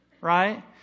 Right